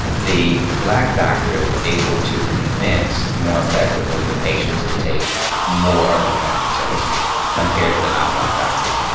the black doctors were able to convince more effectively the patients to take more of the preventative services compared to the nonblack doctors